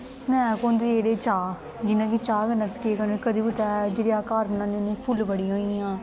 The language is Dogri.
स्नैक होंदे जेह्ड़े चाह् जियां कि चाह् कन्नै अस केह् करने कदें कुतै जेह्ड़े अस घर बनान्ने होन्ने फुल्लबड़ियां होई गेइयां